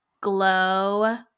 Glow